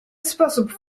sposób